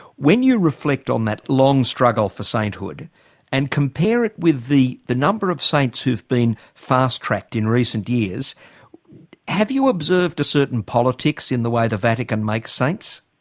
when you reflect on that long struggle for sainthood and compare it with the the number of saints who've been fast-tracked in recent years, have you observed a certain politics in the way the vatican makes saints?